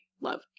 love